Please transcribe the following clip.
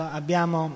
abbiamo